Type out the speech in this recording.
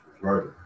Right